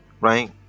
right